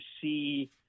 see